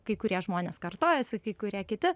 kai kurie žmonės kartojasi kai kurie kiti